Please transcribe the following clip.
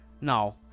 Now